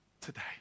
today